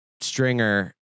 Stringer